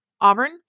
auburn